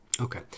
Okay